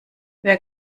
wer